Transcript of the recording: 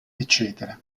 ecc